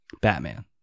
Batman